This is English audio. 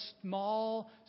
small